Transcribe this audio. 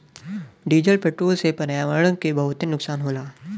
diesel petrol से पर्यावरण के बहुते नुकसान होला